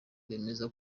bwemeza